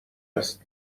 است